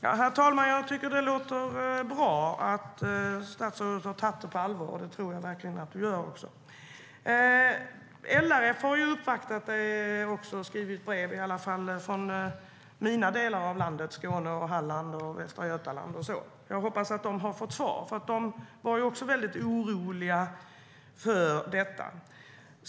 Herr talman! Det låter bra att statsrådet har tagit det på allvar. Det tror jag verkligen att du gör. LRF har uppvaktat och skrivit brev, i varje fall från mina delar av landet med Skåne, Halland och Västra Götaland. Jag hoppas att de har fått svar. De var väldigt oroliga för detta.